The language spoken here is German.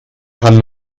kann